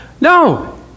No